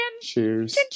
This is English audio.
cheers